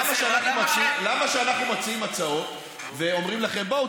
למה כשאנחנו מציעים הצעות ואומרים לכם: בואו,